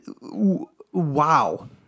Wow